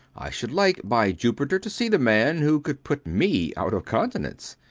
i should like, by jupiter, to see the man who could put me out of countenance.